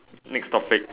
next topic